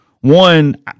One